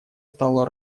стало